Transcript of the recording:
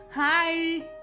hi